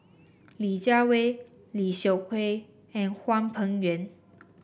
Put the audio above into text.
Li Jiawei Lim Seok Hui and Hwang Peng Yuan